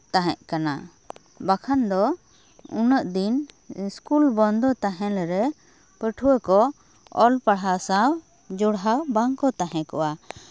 ᱛᱟᱦᱮᱸᱫ ᱠᱟᱱᱟ ᱵᱟᱠᱷᱟᱱ ᱫᱚ ᱩᱱᱟᱹᱜ ᱫᱤᱱ ᱥᱠᱩᱞ ᱵᱚᱱᱫᱚ ᱛᱟᱦᱮᱱ ᱨᱮ ᱯᱟᱹᱴᱷᱩᱣᱟᱹ ᱠᱚ ᱚᱞ ᱯᱟᱲᱦᱟᱣ ᱥᱟᱶ ᱡᱚᱲᱦᱟᱣ ᱵᱟᱝᱠᱚ ᱛᱟᱦᱮᱸ ᱠᱚᱜᱼᱟ